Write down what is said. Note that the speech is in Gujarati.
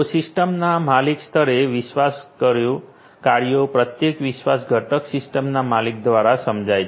તો સિસ્ટમના માલિક સ્તરે વિશ્વાસ કાર્યો પ્રત્યેક વિશ્વાસ ઘટક સિસ્ટમના માલિક દ્વારા સમજાય છે